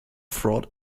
fraud